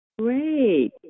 Great